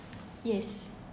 yes